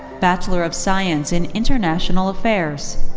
bachelor of science in international affairs.